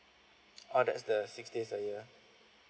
oh that's the six days a year